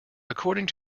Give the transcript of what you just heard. according